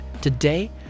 Today